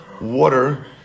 water